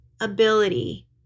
ability